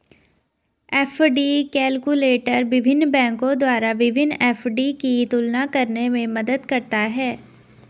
FD calculator विभिन्न बैंकों द्वारा विभिन्न एफ.डी की तुलना करने में मदद करता है